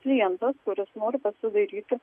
klientas kuris nori pasidairyti